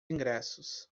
ingressos